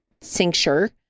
cincture